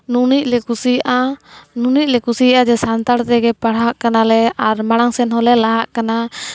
ᱱᱩᱱᱟᱹᱜ ᱞᱮ ᱠᱩᱥᱤᱭᱟᱜᱼᱟ ᱱᱩᱱᱟᱹᱜ ᱞᱮ ᱠᱩᱥᱤᱭᱟᱜᱼᱟ ᱡᱮ ᱥᱟᱱᱛᱟᱲ ᱛᱮᱜᱮ ᱯᱟᱲᱦᱟᱜ ᱠᱟᱱᱟ ᱞᱮ ᱟᱨ ᱢᱟᱲᱟᱝ ᱥᱮᱫ ᱦᱚᱞᱮ ᱞᱟᱦᱟ ᱠᱟᱱᱟ